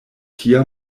tia